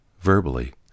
verbally